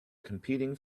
competing